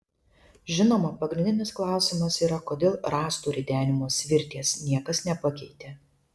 žinoma pagrindinis klausimas yra kodėl rąstų ridenimo svirties niekas nepakeitė